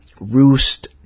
roost